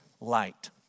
light